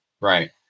Right